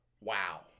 wow